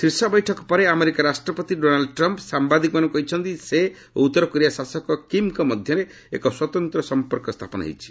ଶୀର୍ଷ ବୈଠକ ପରେ ଆମେରିକା ରାଷ୍ଟ୍ରପତି ଡୋନାଲ୍ଚ ଟ୍ରମ୍ପ୍ ସାମ୍ଘାଦିକମାନଙ୍କୁ କହିଛନ୍ତି ସେ ଓ ଉତ୍ତରକୋରିଆ ଶାସକ କିମ୍ଙ୍କ ମଧ୍ୟରେ ଏକ ସ୍ପତନ୍ତ୍ର ସଂପର୍କ ସ୍ଥାପନ ହୋଇଛି